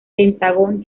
pentagón